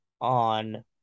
on –